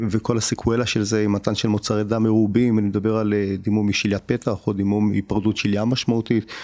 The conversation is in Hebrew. וכל הסיקוואלה של זה היא מתן של מוצרי דם מרובים, אני מדבר על דימום משיליית פתח או דימום... היפרדות שלייה משמעותית.